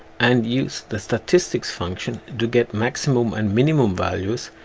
and use the statistics function to get maximum and minimum values,